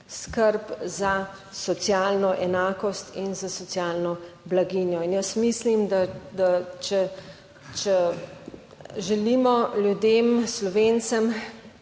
skrb za socialno enakost in za socialno blaginjo. In jaz mislim, da če želimo ljudem, Slovencem,